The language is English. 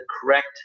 correct